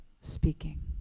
speaking